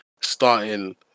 starting